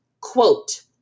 quote